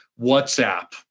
WhatsApp